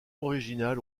original